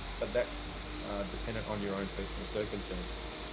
but that's dependent on your own personal circumstances.